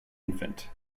infant